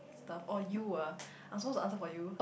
oh you ah I'm supposed to answer for you